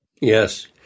Yes